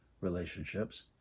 relationships